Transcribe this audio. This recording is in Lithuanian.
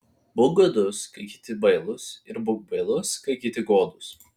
būk godus kai kiti bailūs ir būk bailus kai kiti godūs